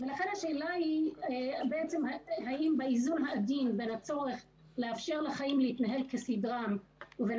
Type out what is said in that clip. לכן השאלה היא אם באיזון העדין בין הצורך לאפשר לחיים להתנהל כסדרם לבין